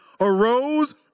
arose